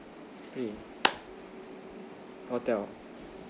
mm hotel